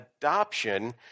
adoption